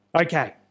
Okay